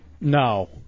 No